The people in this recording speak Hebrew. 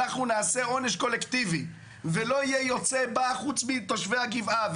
אנחנו נעשה עונש קולקטיבי ולא יהיה יוצא ובא חוץ מתושבי הגבעה,